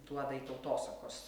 duoda į tautosakos